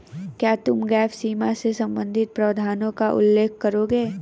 क्या तुम गैप सीमा से संबंधित प्रावधानों का उल्लेख करोगे?